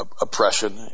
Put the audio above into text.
oppression